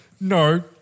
No